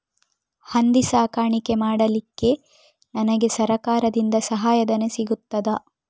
ಹಂದಿ ಸಾಕಾಣಿಕೆ ಮಾಡಲಿಕ್ಕೆ ನನಗೆ ಸರಕಾರದಿಂದ ಸಹಾಯಧನ ಸಿಗುತ್ತದಾ?